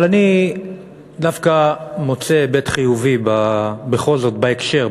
אבל אני דווקא מוצא היבט חיובי בכל זאת בהקשר,